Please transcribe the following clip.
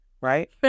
Right